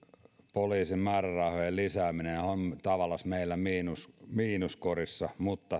poliisin määrärahojen lisääminenhän on tavallansa meillä miinuskorissa mutta